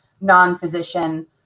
non-physician